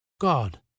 God